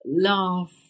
laugh